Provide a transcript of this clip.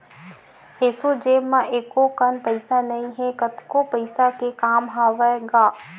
एसो जेब म एको कन पइसा नइ हे, कतको पइसा के काम हवय गा